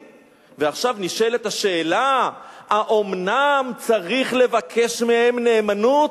100%. ועכשיו נשאלה השאלה: האומנם צריך לבקש מהם נאמנות?